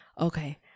okay